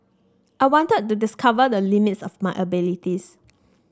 I wanted to discover the limits of my abilities